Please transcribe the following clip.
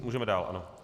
Můžeme dál.